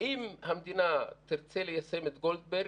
אם המדינה תרצה ליישם את דוח גולדברג,